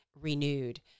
renewed